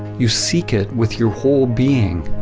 you seek it with your whole being.